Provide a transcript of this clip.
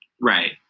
Right